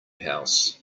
house